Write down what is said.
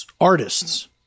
artists